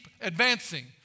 advancing